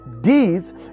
deeds